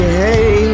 hey